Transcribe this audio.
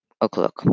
o'clock